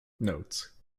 notes